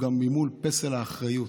ממול גם את פסל האחריות.